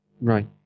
right